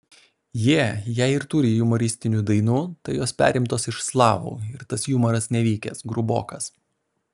jie jei ir turi jumoristinių dainų tai jos perimtos iš slavų ir tas jumoras nevykęs grubokas